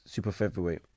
Superfeatherweight